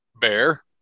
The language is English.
Bear